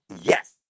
Yes